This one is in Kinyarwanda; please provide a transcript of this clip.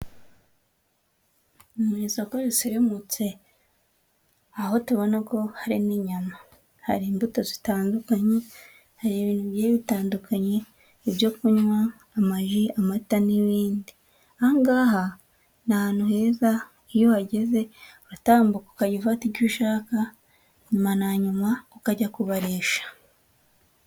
Mu isoko risirimutse aho tubona ko hari n'inyama hari imbuto zitandukanye ha bitandukanye ibyo kunywa amagi, amata n'ibindi aha ni ahantu heza iyo uhageze atambuka ukayifata ibyo ushaka nyumaanywa ukajya kubarisha.